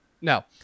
no